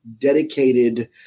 dedicated